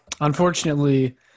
unfortunately